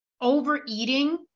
Overeating